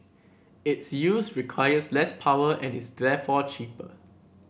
its use requires less power and is therefore cheaper